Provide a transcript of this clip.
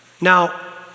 Now